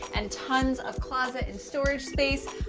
and tons of closet and storage space.